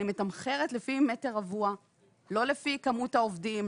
אני מתמחרת לפי מטר רבוע ולא לפי מספר העובדים,